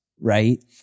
Right